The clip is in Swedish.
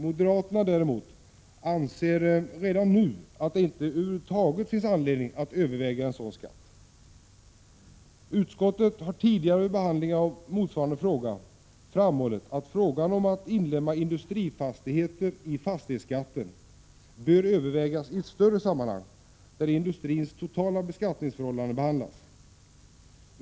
Moderaterna däremot anser redan nu att det inte över huvud taget finns anledning att överväga en sådan skatt. Utskottet har tidigare vid behandlingen av motsvarande fråga framhållit att frågan om att inlemma industrifastigheter i fastighetsskatten bör övervägas i ett större sammanhang där industrins totala beskattningsförhållanden behandlas.